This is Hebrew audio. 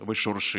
ושורשית.